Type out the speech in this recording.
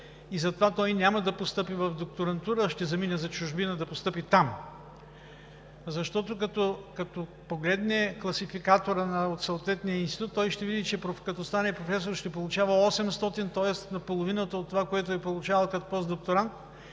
Затова той няма да постъпи в докторантура, а ще замине за чужбина, за да постъпи там, защото, като погледне класификатора на съответния институт, той ще види, че като стане професор ще получава 800 лв., тоест наполовина от това, което е получавал като постдокторант,